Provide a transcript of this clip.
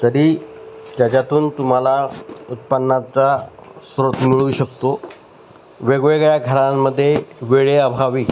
तरी त्याच्यातून तुम्हाला उत्पन्नाचा स्रोत मिळू शकतो वेगवेगळ्या घरांमध्ये वेळे अभावी